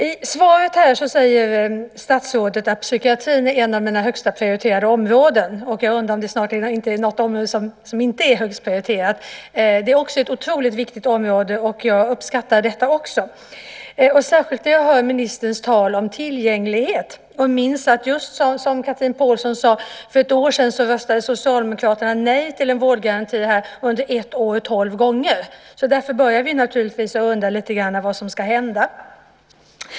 I svaret säger statsrådet att psykiatrin är ett av hennes högst prioriterade områden - jag undrar om det snart finns något område som inte är högst prioriterat. Det är ett otroligt viktigt område, så jag uppskattar detta. Jag uppskattar särskilt ministerns tal om tillgänglighet och minns att, just som Chatrine Pålsson sade, för ett år sedan röstade Socialdemokraterna nej till en vårdgaranti tolv gånger under ett år. Därför börjar vi naturligtvis undra lite grann vad som ska hända.